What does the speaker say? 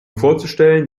vorzustellen